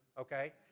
okay